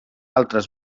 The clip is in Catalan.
altres